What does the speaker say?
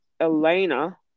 elena